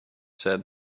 said